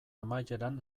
amaieran